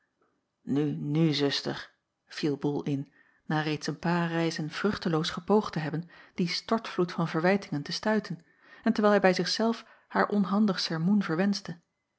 nu nu zuster viel bol in na reeds een paar reizen vruchteloos gepoogd te hebben dien stortvloed van verwijtingen te stuiten en terwijl hij bij zich zelf haar onhandig sermoen verwenschte